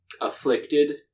afflicted